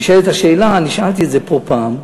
נשאלת השאלה, אני שאלתי את זה פה פעם,